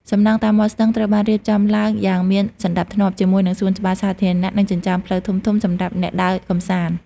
សំណង់តាមមាត់ស្ទឹងត្រូវបានរៀបចំឡើងយ៉ាងមានសណ្តាប់ធ្នាប់ ជាមួយនឹងសួនច្បារសាធារណៈ និងចិញ្ចើមផ្លូវធំៗសម្រាប់អ្នកដើរកម្សាន្ត។